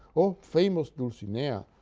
o famous dulcinea!